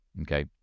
okay